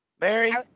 Mary